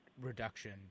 reduction